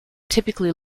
typically